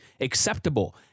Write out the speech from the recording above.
acceptable